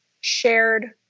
shared